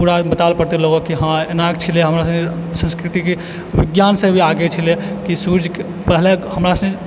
पुरा बताबय लए पड़तै ओकरा कि हँ एनाकऽ छलै हमरा सबके संस्कृतिके विज्ञान से भी आगे छलै कि सुर्यके पहले हमरा सबके